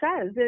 says